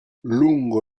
lungo